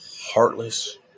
heartless